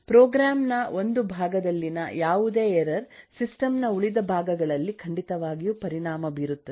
program ನ ಒಂದು ಭಾಗದಲ್ಲಿನ ಯಾವುದೇ ಎರರ್ ಸಿಸ್ಟಮ್ ನ ಉಳಿದ ಭಾಗಗಳಲ್ಲಿ ಖಂಡಿತವಾಗಿಯೂ ಪರಿಣಾಮ ಬೀರುತ್ತದೆ